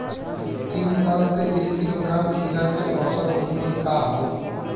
तीन साल से एक किलोग्राम खीरा के औसत किमत का ह?